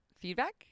feedback